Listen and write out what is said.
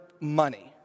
money